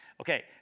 Okay